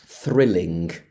thrilling